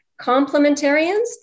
complementarians